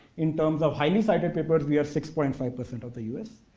in terms of highly cited papers, we're six point five percent of the us.